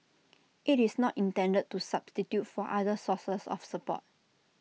IT is not intended to substitute for other sources of support